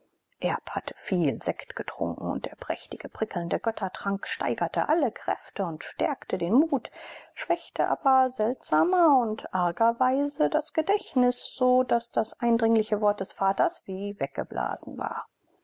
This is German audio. erb hatte viel sekt getrunken und der prächtige prickelnde göttertrank steigerte alle kräfte und stärkte den mut schwächte aber seltsamer und argerweise das gedächtnis so daß das eindringliche wort des vaters wie weggeblasen war